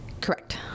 Correct